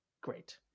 great